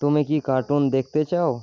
তুমি কি কার্টুন দেখতে চাও